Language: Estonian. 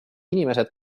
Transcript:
inimesed